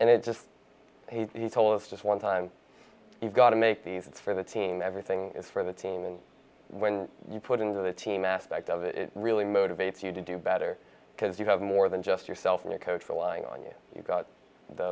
and it just he told us just one time you've got to make these for the team everything is for the team and when you put into the team aspect of it it really motivates you to do better because you have more than just yourself in a coach or lying on you